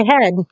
ahead